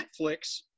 Netflix